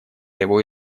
его